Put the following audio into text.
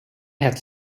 had